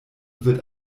wird